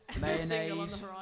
Mayonnaise